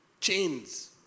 chains